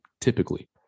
typically